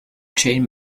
chain